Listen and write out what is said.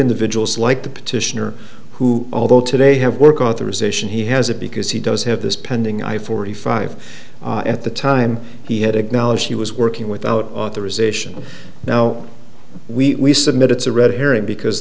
individuals like the petitioner who although today have work authorization he has it because he does have this pending i forty five at the time he had acknowledged he was working without authorization now we submit it's a red herring because